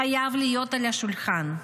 חייב להיות על השולחן.